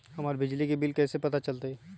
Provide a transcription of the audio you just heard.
हमर बिजली के बिल कैसे पता चलतै?